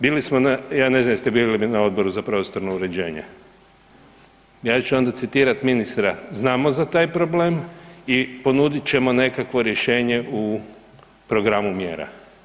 Bili smo na, ja ne znam jeste bili vi na Odboru za prostorno uređenje, ja ću onda citirati ministra, znamo za taj problem i ponudit ćemo nekakvo rješenje u programu mjera.